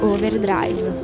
Overdrive